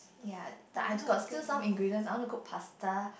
ya the I got still some ingredients I want to cook pasta